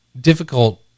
Difficult